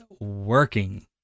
working